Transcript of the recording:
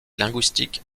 linguistique